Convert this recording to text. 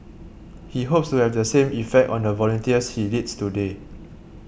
he hopes to have the same effect on the volunteers he leads today